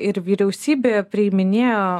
ir vyriausybė priiminėjo